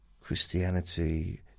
Christianity